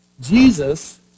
Jesus